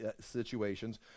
situations